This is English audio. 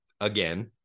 again